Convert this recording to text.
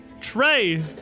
Trey